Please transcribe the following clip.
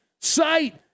sight